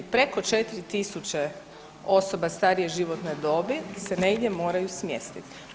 Preko 4000 osoba starije životne dobi se negdje moraju smjestiti.